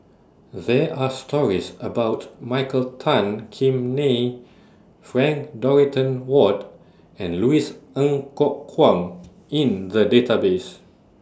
There Are stories about Michael Tan Kim Nei Frank Dorrington Ward and Louis Ng Kok Kwang in The Database